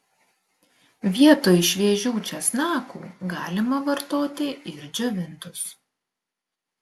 vietoj šviežių česnakų galima vartoti ir džiovintus